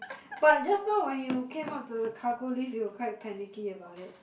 but just now when you came out to the cargo lift you were quite panicky about it